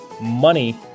money